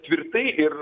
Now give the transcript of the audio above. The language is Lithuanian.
tvirtai ir